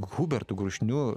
hubertu grušniu